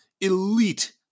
elite